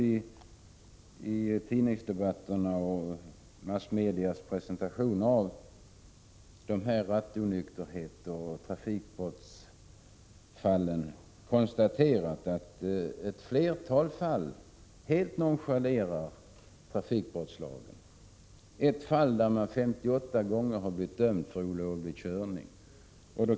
Av tidningarnas och övriga massmedias presentation av rattonykterhetsoch trafikbrottsfallen framgår att människor i ett flertal fall helt nonchalerar bestämmelserna i trafikbrottslagen. I ett fall redovisas att en man 58 gånger blivit fälld för olovlig körning.